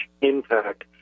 impact